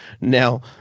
now